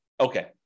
okay